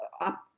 up